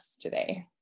today